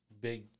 big